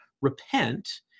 Repent